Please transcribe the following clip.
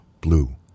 blue